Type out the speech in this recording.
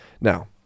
Now